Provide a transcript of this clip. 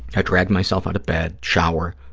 i drag myself out of bed, shower,